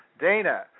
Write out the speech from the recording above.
Dana